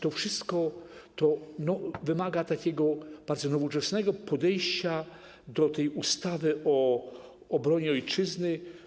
To wszystko wymaga bardzo nowoczesnego podejścia do tej ustawy o obronie Ojczyzny.